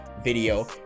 video